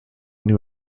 new